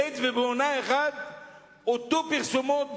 בעת ובעונה אחת אותן פרסומות,